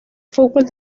fútbol